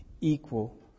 equal